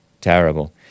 Terrible